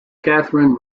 kathryn